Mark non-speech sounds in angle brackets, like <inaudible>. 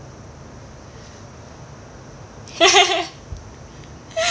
<laughs>